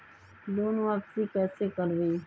Loan वापसी कैसे करबी?